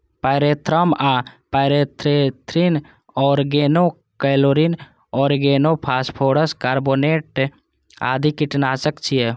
pyrethrum आ pyrethrin, organochlorine, organophosphorus, carbamate आदि कीटनाशक छियै